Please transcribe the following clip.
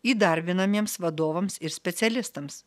įdarbinamiems vadovams ir specialistams